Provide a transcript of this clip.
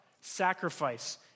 sacrifice